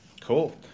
Cool